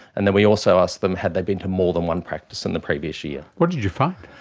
and then we also asked them had they been to more than one practice in the previous year. what did you find?